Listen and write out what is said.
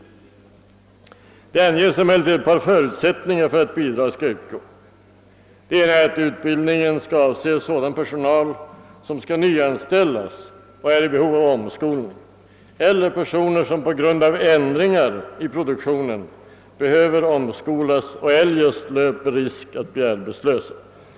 I motionerna anges emellertid ett par förutsättningar för att statsbidrag skall kunna utgå: utbildningen skall avse sådan personal som behöver nyanställas och som i samband därmed är i behov av omskolning eller personal som på grund av ändringar i produktionen behöver omskolas och eljest löper risk att bli friställd.